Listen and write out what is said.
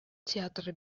театры